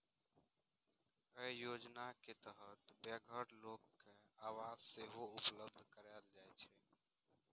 अय योजनाक तहत बेघर लोक कें आवास सेहो उपलब्ध कराएल जाइ छै